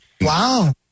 Wow